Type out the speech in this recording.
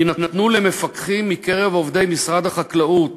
יינתנו למפקחים מקרב עובדי משרד החקלאות